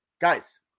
guys